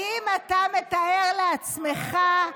האם אתה מתאר לעצמך,